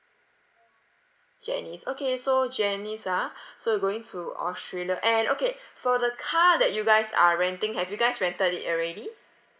janice okay so janice ah so going to australia and okay for the car that you guys are renting have you guys rented it already